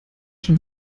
schon